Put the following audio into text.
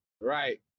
right